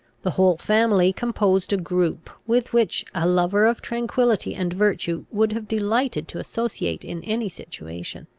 the whole family composed a group, with which a lover of tranquillity and virtue would have delighted to associate in any situation.